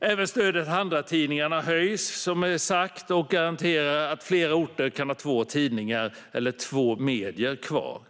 Även stödet till andratidningarna höjs, som sagt, och garanterar att flera orter kan ha två tidningar eller två medier kvar.